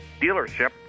dealership